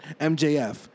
MJF